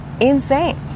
insane